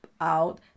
out